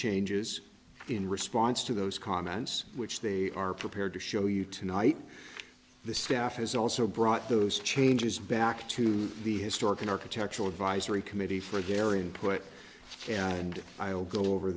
changes in response to those comments which they are prepared to show you tonight the staff has also brought those changes back to the historic an architectural advisory committee for their input and i'll go over